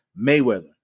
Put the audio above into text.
Mayweather